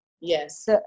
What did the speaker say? Yes